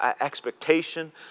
expectation